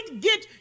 get